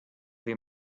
your